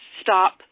stop